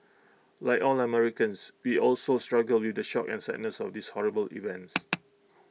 like all Americans we also struggle with the shock and sadness of these horrible events